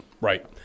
right